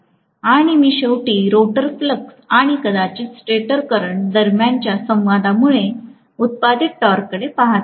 आणि मी शेवटी रोटर फ्लक्स आणि कदाचित स्टेटर करंट दरम्यानच्या संवादामुळे उत्पादित टॉर्ककडे पहात आहे